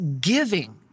giving